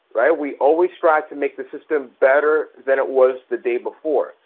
right? we always strive to make the system better than it was the day before.